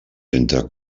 entre